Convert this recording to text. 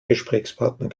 gesprächspartner